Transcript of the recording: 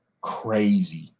crazy